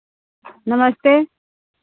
नमस्ते